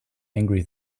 angry